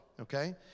okay